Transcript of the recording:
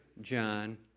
John